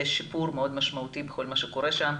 יש שיפור מאוד משמעותי בכל מה שקורה שם.